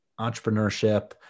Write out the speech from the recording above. entrepreneurship